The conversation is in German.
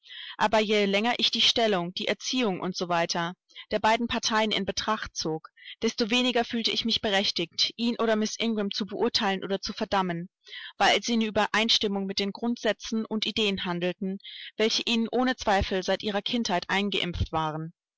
aber je länger ich die stellung die erziehung u s w der beiden parteien in betracht zog desto weniger fühlte ich mich berechtigt ihn oder miß ingram zu beurteilen oder zu verdammen weil sie in übereinstimmung mit den grundsätzen und ideen handelten welche ihnen ohne zweifel seit ihrer kindheit eingeimpft waren